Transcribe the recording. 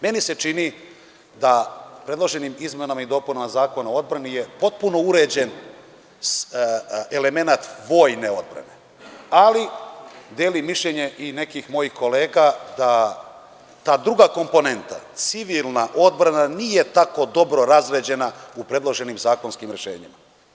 Meni se čini da predloženim izmenama i dopunama Zakona o odbrani je potpuno uređen element vojne odbrane, ali delim mišljenje i nekih mojih kolega da ta druga komponenta civilna odbrana nije tako dobro razređena u predloženim zakonskim rešenjima.